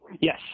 Yes